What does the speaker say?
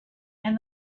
and